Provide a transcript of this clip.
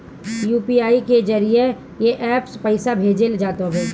UPI के जरिया से एप्प से पईसा भेजल जात हवे